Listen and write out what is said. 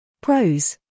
Pros